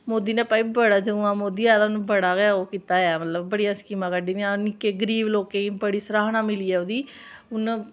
मोदी नै बड़ा भाई जदूं दा मोदी आए दा उ'नें बड़ा गै ओह् कीता ऐ मतलब बड़ियां स्कीमां कड्डी दियां निक्के गरीब लोकें गी बड़ी सराह्ना मिली ऐ ओह्दी हून